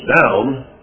down